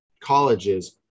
colleges